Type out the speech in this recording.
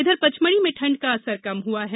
इधर पचमढ़ी में ठंड का असर कम हुआ है